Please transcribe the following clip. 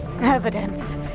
Evidence